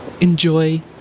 enjoy